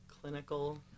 clinical